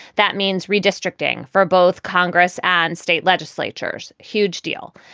that means redistricting for both congress and state legislatures. huge deal.